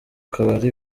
kabari